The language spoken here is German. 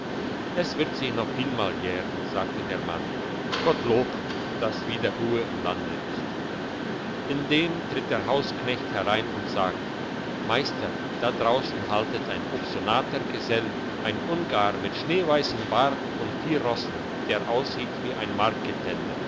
es wird sich noch vielmal jähren sagte der mann gottlob dass wieder ruhe im lande ist indem tritt der hausknecht herein und sagt meister da draussen haltet ein obsonater gesell ein ungar mit schneeweissem bart und vier rossen der aussieht wie ein